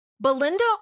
Belinda